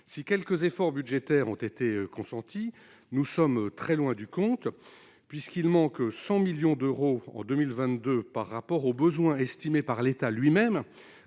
si quelques efforts budgétaires ont été consentis, nous sommes très loin du compte, puisqu'il manque 100 millions d'euros en 2022 par rapport aux besoins estimés par l'État lui-même